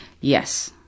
Yes